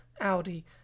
Audi